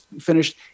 finished